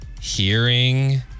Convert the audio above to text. hearing